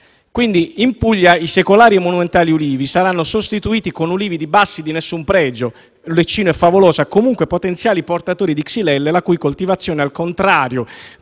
dicevo, in Puglia i secolari e monumentali ulivi saranno sostituiti con ulivi bassi di nessun pregio (leccino e favolosa), comunque potenziali portatori di xylella, la cui coltivazione - al contrario